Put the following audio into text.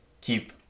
keep